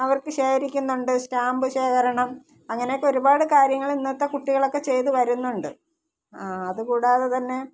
അവർക്ക് ശേഖരിക്കുന്നുണ്ട് സ്റ്റാമ്പ് ശേഖരണം അങ്ങനെയൊക്കെ ഒരുപാട് കാര്യങ്ങൾ ഇന്നത്തെ കുട്ടികളൊക്കെ ചെയ്ത് വരുന്നുണ്ട് അത് കൂടാതെത്തന്നെ